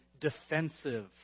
defensive